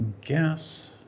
guess